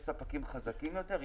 ויש ספקים חזקים יותר,